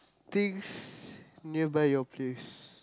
things nearby your place